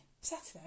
Saturday